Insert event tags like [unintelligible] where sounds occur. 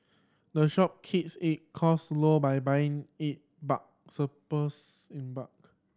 the shop keeps it cost low by buying it [unintelligible] supports in bulk